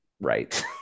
right